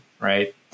Right